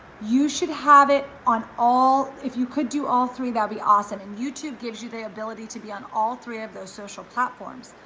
you should have it on all, if you could do all three, that'd be awesome. and youtube gives you the ability to be on all three of those social platforms.